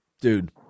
dude